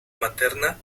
materna